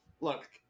look